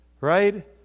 Right